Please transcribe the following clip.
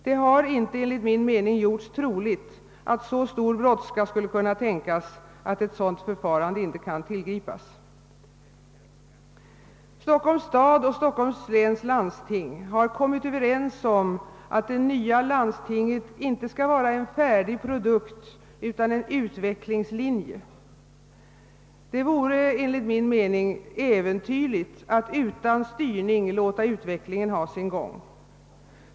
Det har inte, enligt min mening, gjorts troligt att så stor brådska skulle kunna tänkas att ett sådant förfarande inte kunde tillgripas. Stockholms stad och Stockholms läns landsting har kommit överens om att det nya landstinget inte skall vara en färdig produkt utan uttrycka en utvecklingslinje. Det vore dock enligt min mening äventyrligt att utan styrning låta utvecklingen ha sin gång.